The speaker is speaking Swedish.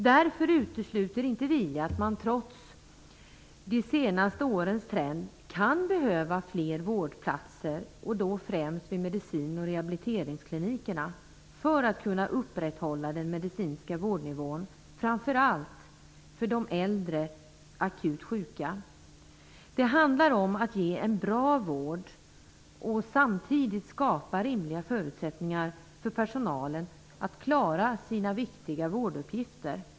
Därför utesluter vi inte att trots de senaste årens trender kan det behövas fler vårdplatser, då närmast vid medicin och rehabiliteringsklinikerna, för att kunna upprätthålla den medicinska vårdnivån för framför allt de akut sjuka äldre. Det handlar om att ge en bra vård och samtidigt skapa rimliga förutsättningar för personalen att klara sina viktiga vårduppgifter.